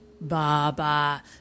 baba